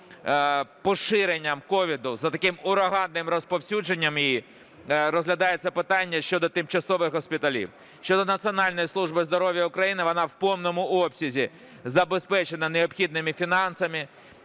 поширенням COVID, з таким ураганним розповсюдженням, і розглядається питання щодо тимчасових госпіталів. Щодо Національної служби здоров'я України. Вона в повному обсязі забезпечена необхідними фінансами.